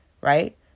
Right